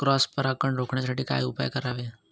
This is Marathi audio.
क्रॉस परागकण रोखण्यासाठी काय उपाय करावे?